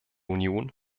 union